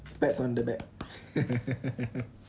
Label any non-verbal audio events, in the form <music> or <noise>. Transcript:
pats on the back <laughs>